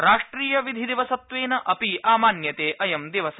राष्ट्रियविधिदिवसत्वेन अपि आमान्यते अयं दिवस